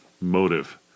motive